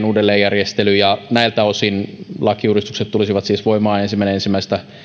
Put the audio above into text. uudelleenjärjestely ja näiltä osin lakiuudistukset tulisivat siis voimaan ensimmäinen ensimmäistä